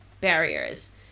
barriers